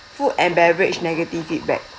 food and beverage negative feedback